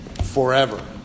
forever